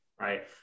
Right